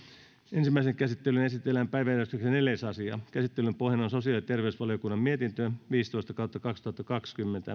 ensimmäiseen käsittelyyn esitellään päiväjärjestyksen neljäs asia käsittelyn pohjana on sosiaali ja terveysvaliokunnan mietintö viisitoista